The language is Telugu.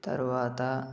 తరువాత